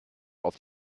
auf